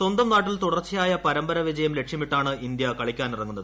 സ്വന്തം നാട്ടിൽ തുടർച്ചയായ പരമ്പര വിജയം ലക്ഷ്യമിട്ടാണ് ഇന്ത്യ കളിക്കാനിറങ്ങുന്നത്